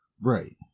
Right